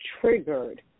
triggered